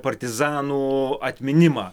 partizanų atminimą